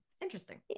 Interesting